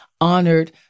honored